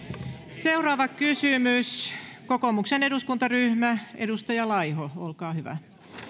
seuraava kysymys kokoomuksen eduskuntaryhmä edustaja laiho olkaa hyvä